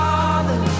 Father